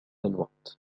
الوقت